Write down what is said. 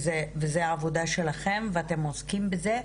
וזו העבודה שלכם ואתם עוסקים בזה,